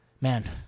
man